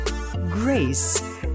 Grace